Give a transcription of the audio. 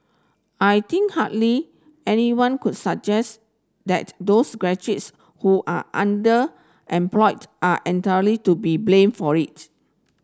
I think hardly anyone could suggest that those graduates who are underemployed are entirely to be blamed for it